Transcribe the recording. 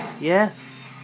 Yes